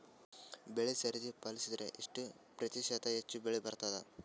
ಬೆಳಿ ಸರದಿ ಪಾಲಸಿದರ ಎಷ್ಟ ಪ್ರತಿಶತ ಹೆಚ್ಚ ಬೆಳಿ ಬರತದ?